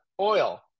oil